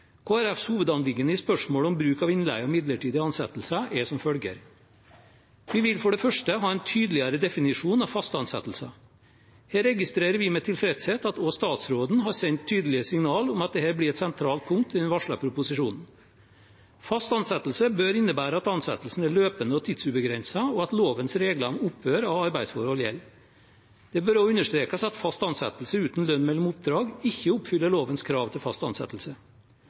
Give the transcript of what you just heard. Folkepartis hovedanliggende i spørsmålet om bruk av innleie og midlertidige ansettelser er som følger: Vi vil for det første ha en tydeligere definisjon av fast ansettelse. Her registrerer vi med tilfredshet at også statsråden har sendt tydelige signaler om at dette blir et sentralt punkt i den varslede proposisjonen. Fast ansettelse bør innebære at ansettelsen er løpende og tidsubegrenset, og at lovens regler om opphør av arbeidsforhold gjelder. Det bør også understrekes at fast ansettelse uten lønn mellom oppdrag ikke oppfyller lovens krav til fast ansettelse.